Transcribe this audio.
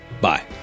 Bye